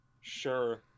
Sure